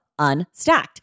Unstacked